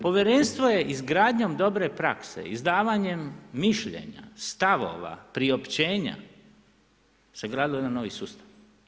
Povjerenstvo je izgradnjom dobre prakse, izdavanjem mišljenja, stavova, priopćenja sagradilo jedan novi sustav.